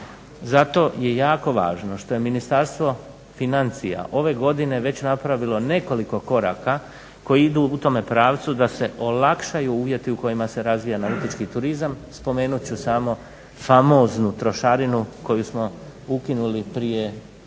Zato je jako važno što je Ministarstvo financija ove godine već napravilo nekoliko koraka koji idu u tome pravcu da se olakšaju uvjeti u kojima se razvija nautički turizam. Spomenut ću samo famoznu trošarinu koju smo ukinuli prije